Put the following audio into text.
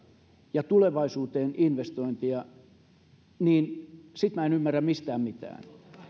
ja tulevaisuuteen niin sitten en ymmärrä mistään mitään